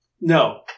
No